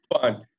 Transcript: fun